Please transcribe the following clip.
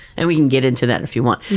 and we can get into that if you want,